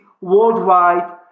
worldwide